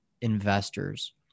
investors